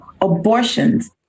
abortions